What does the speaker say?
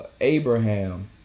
Abraham